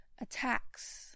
attacks